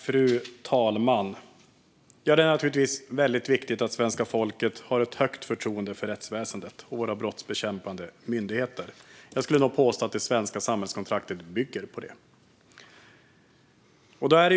Fru talman! Det är naturligtvis viktigt att svenska folket har ett högt förtroende för rättsväsendet och våra brottsbekämpande myndigheter. Jag skulle vilja påstå att det svenska samhällskontraktet bygger på det.